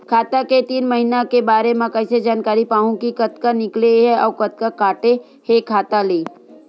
खाता के तीन महिना के बारे मा कइसे जानकारी पाहूं कि कतका निकले हे अउ कतका काटे हे खाता ले?